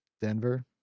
Denver